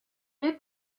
est